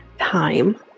time